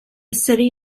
city